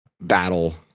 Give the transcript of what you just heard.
battle